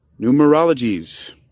Numerologies